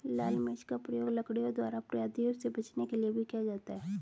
लाल मिर्च का प्रयोग लड़कियों द्वारा अपराधियों से बचने के लिए भी किया जाता है